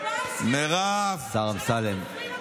אתה משרת ארבעה אשכנזים שלא סופרים אותך בכלל.